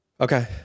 okay